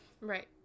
Right